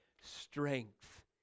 Strength